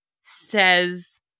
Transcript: says